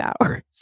hours